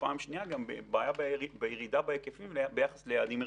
ופעם שנייה גם בירידה בהיקפים ביחס ליעדים מרכזים.